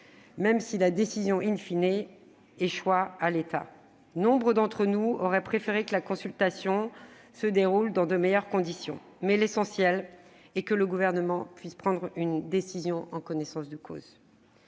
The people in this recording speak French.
même si la décision échoit à l'État. Nombre d'entre nous auraient préféré que la consultation se déroule dans de meilleures conditions, mais l'essentiel est que le Gouvernement puisse prendre une décision en connaissance de cause.